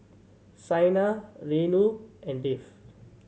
Saina Renu and Dev